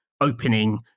opening